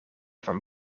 van